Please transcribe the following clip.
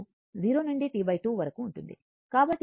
కాబట్టి ఇది T 2 minus 0